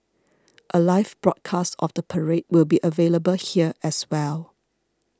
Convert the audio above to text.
a live broadcast of the parade will be available here as well